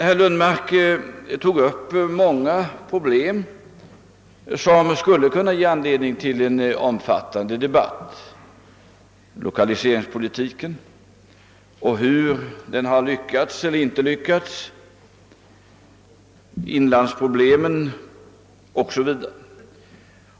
Herr Lundmark tog dock upp många problem som skulle kunna ge anledning till en omfattande debatt: hur lokaliseringspolitiken har lyckats eller inte lyckats, inlandsproblemen o.s.v.